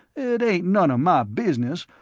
it ain't none a my business,